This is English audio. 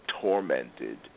tormented